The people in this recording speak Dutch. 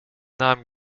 naam